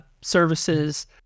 services